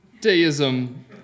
Deism